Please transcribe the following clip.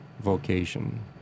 vocation